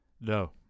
No